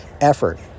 effort